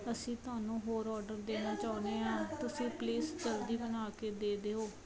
ਅਸੀਂ ਤੁਹਾਨੂੰ ਹੋਰ ਓਰਡਰ ਦੇਣਾ ਚਾਹੁੰਦੇ ਹਾਂ ਤੁਸੀਂ ਪਲੀਜ਼ ਜਲਦੀ ਬਣਾ ਕੇ ਦੇ ਦਿਓ